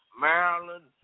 Maryland